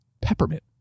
peppermint